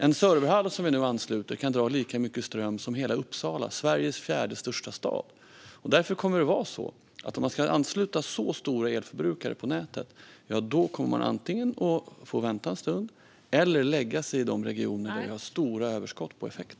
En serverhall som vi nu ansluter kan dra lika mycket ström som hela Uppsala, Sveriges fjärde största stad, och därför kommer det att vara så att om man ska ansluta så stora elförbrukare på nätet kommer de antingen att få vänta en stund eller lägga sig i de regioner där vi har stora överskott på effekt.